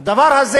הדבר הזה